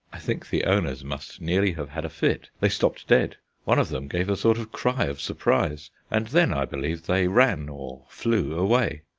i think the owners must nearly have had a fit. they stopped dead one of them gave a sort of cry of surprise, and then, i believe, they ran or flew away.